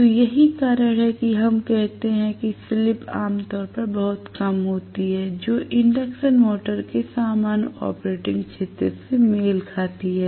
तो यही कारण है कि हम कहते हैं कि स्लिप आम तौर पर बहुत कम होती है जो इंडक्शन मोटर के सामान्य ऑपरेटिंग क्षेत्र से मेल खाती है